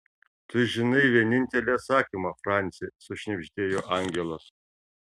tu žinai vienintelį atsakymą franci sušnibždėjo angelas